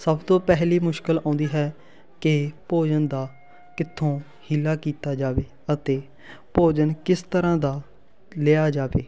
ਸਭ ਤੋਂ ਪਹਿਲੀ ਮੁਸ਼ਕਲ ਆਉਂਦੀ ਹੈ ਕਿ ਭੋਜਨ ਦਾ ਕਿੱਥੋਂ ਹੀਲਾ ਕੀਤਾ ਜਾਵੇ ਅਤੇ ਭੋਜਨ ਕਿਸ ਤਰ੍ਹਾਂ ਦਾ ਲਿਆ ਜਾਵੇ